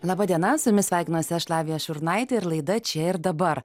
laba diena su jumis sveikinuosi aš lavija šurnaitė ir laida čia ir dabar